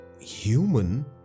human